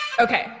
Okay